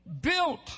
Built